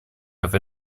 have